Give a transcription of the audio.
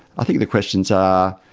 i think the questions are